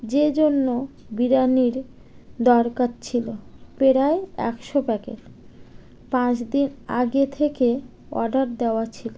যে জন্য বিরিয়ানির দরকার ছিলো প্রেরায় একশো প্যাকেট পাঁচ দিন আগে থেকে অর্ডার দেওয়া ছিলো